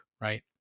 right